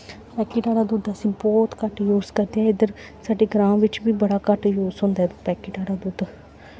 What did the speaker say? packet आह्ला दुद्ध अस बौह्त घट्ट य़ूस करदे इद्धर साढ़े ग्रांऽ बिच्च बी बड़ा घट्ट य़ूस होंदा ऐ पैकट आह्ला दुद्ध